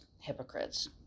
hypocrites